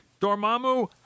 Dormammu